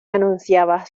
anunciabas